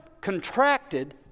contracted